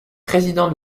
président